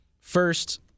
First